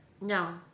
No